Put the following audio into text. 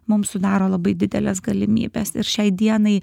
mums sudaro labai dideles galimybes ir šiai dienai